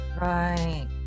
right